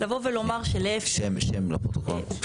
שם לפרוטוקול.